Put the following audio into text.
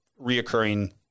reoccurring